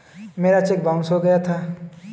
मेरा check bounce हो गया था